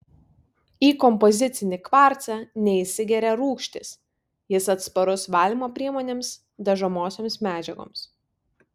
į kompozicinį kvarcą neįsigeria rūgštys jis atsparus valymo priemonėms dažomosioms medžiagoms